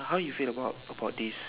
how you feel about about this